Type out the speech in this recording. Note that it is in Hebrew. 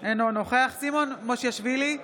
סימון מושיאשוילי,